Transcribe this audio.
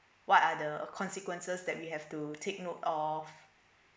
what are the consequences that we have to take note of